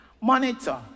monitor